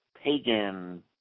pagan